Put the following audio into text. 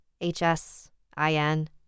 H-S-I-N